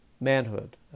manhood